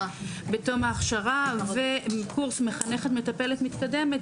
בתום ההכשרה וקורס מחנכת מטפלת מתקדמת,